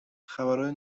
خبرهای